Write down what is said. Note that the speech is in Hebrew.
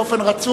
באופן רצוף,